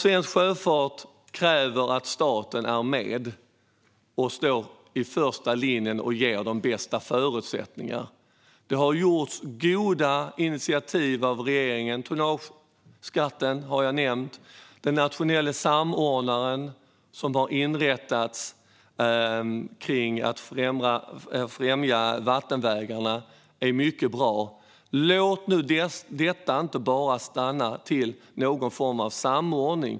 Svensk sjöfart kräver att staten är med, står i första linjen och ger de bästa förutsättningarna. Det har tagits goda initiativ av regeringen. Tonnageskatten har jag nämnt. Att det har inrättats en nationell samordnare för att främja vattenvägarna är mycket bra. Låt nu bara inte detta stanna vid någon form av samordning.